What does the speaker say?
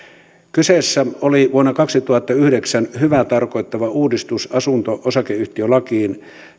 kyseessä oli vuonna kaksituhattayhdeksän hyvää tarkoittava uudistus asunto osakeyhtiölakiin